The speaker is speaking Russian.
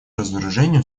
разоружению